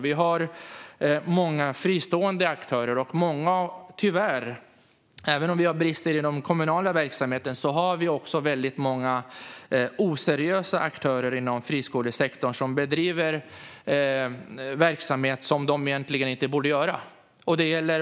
Vi har många fristående aktörer, och även om vi har brister i den kommunala verksamheten har vi inom friskolesektorn tyvärr också många oseriösa aktörer som egentligen inte borde bedriva verksamhet.